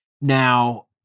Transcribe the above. Now